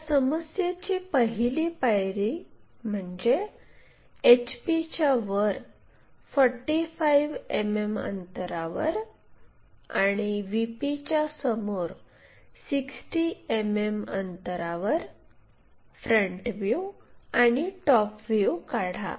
या समस्येची पहिली पायरी म्हणजे HPच्या वर 45 मिमी अंतरावर आणि VPच्या समोर 60 मिमी अंतरावर फ्रंट व्ह्यू आणि टॉप व्ह्यू काढा